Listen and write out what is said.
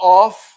off